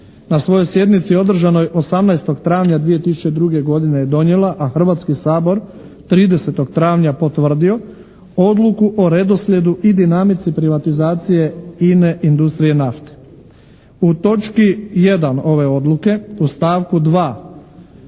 na svojoj sjednici održanoj 18. travnja 2002. godine je donijela, a Hrvatski sabor 30. travnja potvrdio Odluku o redoslijedu i dinamici privatizacije INA-e – Industrije nafte. U točki 1. ove odluke u stavku 2.